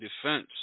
defense